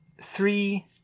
Three